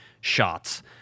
shots